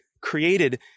created